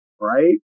right